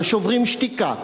ל"שוברים שתיקה",